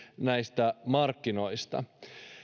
näistä markkinoista